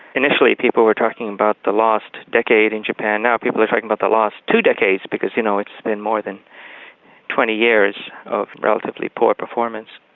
initially people were talking about the lost decade in japan now people are talking about the lost two decades, because you know it's been more than twenty years of relatively poor performance.